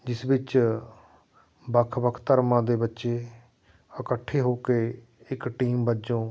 ਜਿਸ ਵਿੱਚ ਵੱਖ ਵੱਖ ਧਰਮਾਂ ਦੇ ਬੱਚੇ ਇਕੱਠੇ ਹੋ ਕੇ ਇੱਕ ਟੀਮ ਵਜੋਂ